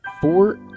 four